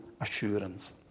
assurance